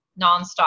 nonstop